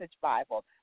Bible